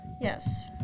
Yes